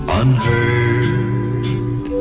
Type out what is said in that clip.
unheard